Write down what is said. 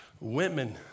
women